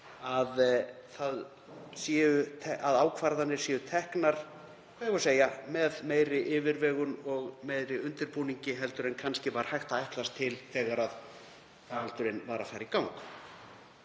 að ákvarðanir séu teknar, hvað eigum við að segja, með meiri yfirvegun og meiri undirbúningi en kannski var hægt að ætlast til þegar faraldurinn var að fara í gang.